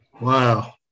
Wow